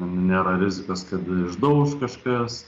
nėra rizikos kad išdauš kažkas